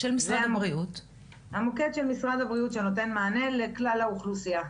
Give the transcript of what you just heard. זה מוקד של משרד הבריאות שנותן מענה לכלל האוכלוסיה.